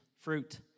Fruit